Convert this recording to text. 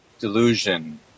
delusion